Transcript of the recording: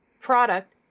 product